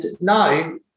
no